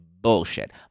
Bullshit